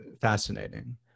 fascinating